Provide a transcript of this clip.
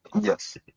Yes